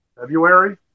February